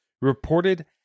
reported